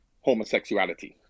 homosexuality